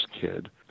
kid